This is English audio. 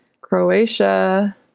Croatia